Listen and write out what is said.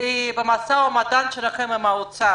במשא ומתן שלכם עם משרד האוצר?